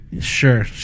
Sure